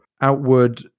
outward